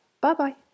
Bye-bye